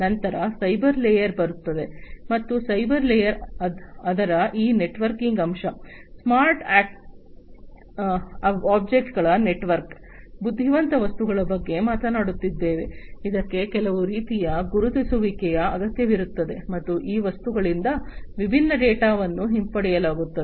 ನಂತರ cyber layer ಬರುತ್ತದೆ ಮತ್ತು ಸೈಬರ್ ಲೇಯರ್ ಅದರ ಈ ನೆಟ್ವರ್ಕಿಂಗ್ ಅಂಶ ಸ್ಮಾರ್ಟ್ ಆಬ್ಜೆಕ್ಟ್ಗಳ ನೆಟ್ವರ್ಕ್ ಬುದ್ಧಿವಂತ ವಸ್ತುಗಳ ಬಗ್ಗೆ ಮಾತನಾಡುತ್ತಿದೆ ಇದಕ್ಕೆ ಕೆಲವು ರೀತಿಯ ಗುರುತಿಸುವಿಕೆಯ ಅಗತ್ಯವಿರುತ್ತದೆ ಮತ್ತು ಈ ವಸ್ತುಗಳಿಂದ ವಿಭಿನ್ನ ಡೇಟಾವನ್ನು ಹಿಂಪಡೆಯಲಾಗುತ್ತದೆ